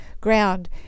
ground